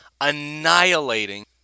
annihilating